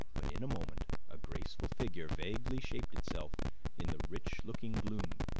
but in a moment a graceful figure vaguely shaped itself in the rich-looking gloom,